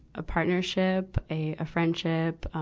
a partnership, a, a friendship, um,